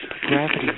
gravity